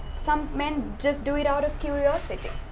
some men just do it out of curiosity.